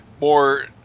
more